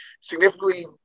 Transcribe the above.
significantly